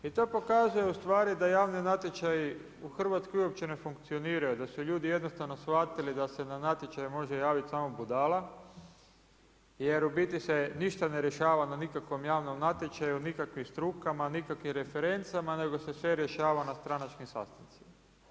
I to pokazuje u stvari da javni natječaji u Hrvatskoj uopće ne funkcioniraju, da su ljudi jednostavno shvatili da se na natječaj može javiti samo budala jer u biti se ništa ne rješava na nikakvom javnom natječaju, nikakvim strukama, nikakvim referencama nego se sve rješava na stranačkim sastancima.